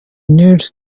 needs